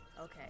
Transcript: Okay